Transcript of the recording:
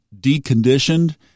deconditioned